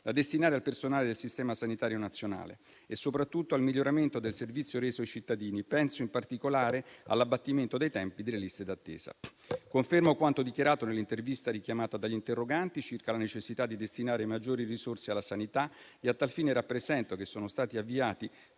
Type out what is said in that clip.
da destinare al personale del sistema sanitario nazionale e soprattutto al miglioramento del servizio reso ai cittadini. Penso in particolare all'abbattimento dei tempi delle liste d'attesa. Confermo quanto dichiarato nell'intervista richiamata dagli interroganti circa la necessità di destinare maggiori risorse alla sanità e a tal fine rappresento che sono stati avviati